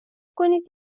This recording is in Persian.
کنید